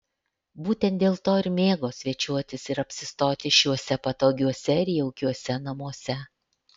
būtent dėlto ir mėgo svečiuotis ir apsistoti šiuose patogiuose ir jaukiuose namuose